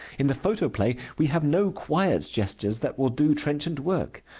in the photoplay we have no quiet gestures that will do trenchant work.